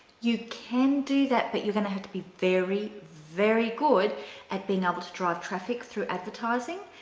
you can do that but you have to be very, very good at being able to drive traffic through advertising,